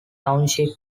township